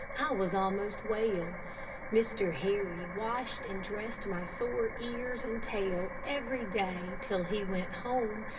i was almost well. mr. harry washed and dressed my sore ears and tail every day till he went home,